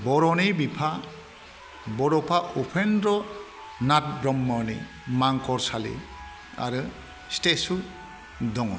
बर'नि बिफा बड'फा उपेन्द्र नाथ ब्रह्मनि मांखरसालि आरो स्टेचु दङ